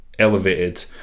elevated